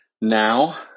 now